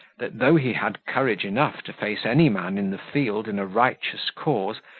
that though he had courage enough to face any man in the field in a righteous cause,